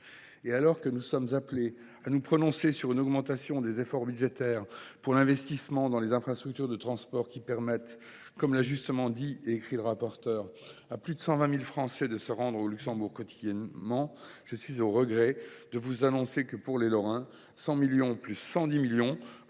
Alors que nous sommes appelés à nous prononcer sur une augmentation des efforts budgétaires pour l’investissement dans les infrastructures de transports qui permettent, comme l’a justement dit et écrit le rapporteur, à plus de 120 000 Français de se rendre au Luxembourg quotidiennement, je suis au regret de vous annoncer que, pour les Lorrains, 100 millions plus 110 millions